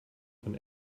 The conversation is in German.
von